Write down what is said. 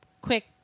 quick